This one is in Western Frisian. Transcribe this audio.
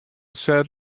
set